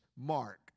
mark